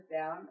down